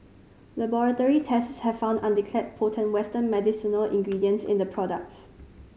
laboratory tests had found undeclared potent western medicinal ingredients in the products